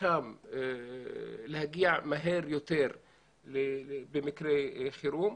דרכם להגיע מהר יותר במקרה חירום,